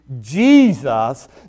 jesus